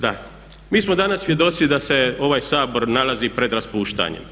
Da, mi smo danas svjedoci da se ovaj Sabor nalazi pred raspuštanjem.